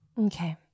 Okay